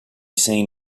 seen